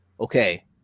okay